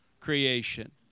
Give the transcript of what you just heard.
creation